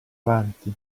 avanti